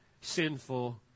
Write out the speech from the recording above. sinful